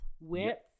Width